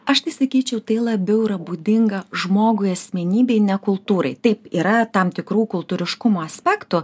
aš tai sakyčiau tai labiau yra būdinga žmogui asmenybei ne kultūrai taip yra tam tikrų kultūriškumo aspektų